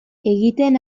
egiten